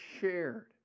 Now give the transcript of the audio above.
shared